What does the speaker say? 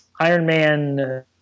Ironman